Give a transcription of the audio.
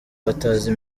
batazi